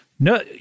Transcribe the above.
No